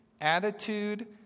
attitude